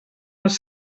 els